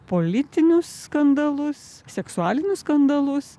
politinius skandalus seksualinius skandalus